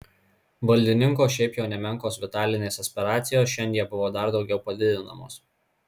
valdininko šiaip jau nemenkos vitalinės aspiracijos šiandie buvo dar daugiau padidinamos